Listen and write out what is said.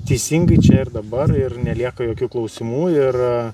teisingai čia ir dabar ir nelieka jokių klausimų yra